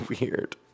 weird